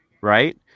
right